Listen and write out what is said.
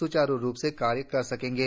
स्चारु रूप से कार्य कर सकेंगे